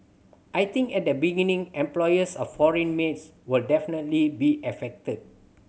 I think at the beginning employers of foreign maids will definitely be affected